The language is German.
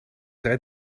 drei